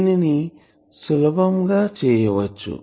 దీనిని సులభం గా చేయవచ్చు